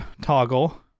toggle